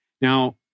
Now